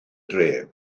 dref